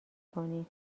کنی